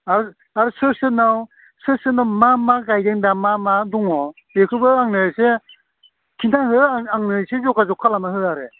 आरो आरो सोर सोरनाव सोर सोरनाव मा मा गायदों दा मा मा दङ बेखौबो आंनो एसे खिन्था हो आंनो एसे जगाजग खालामना हो आरो